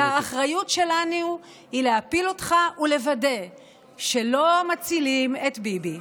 והאחריות שלנו היא להפיל אותך ולוודא שלא מצילים את ביבי.